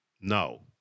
No